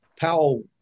Powell